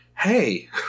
Hey